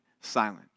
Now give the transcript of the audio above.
silent